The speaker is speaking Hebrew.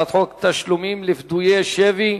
הצעת חוק תשלומים לפדויי שבי (תיקון,